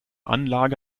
anlage